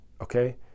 okay